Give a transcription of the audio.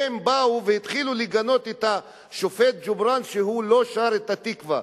הם באו והתחילו לגנות את השופט ג'ובראן שהוא לא שר את "התקווה".